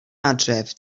adref